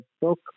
book